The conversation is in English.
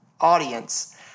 audience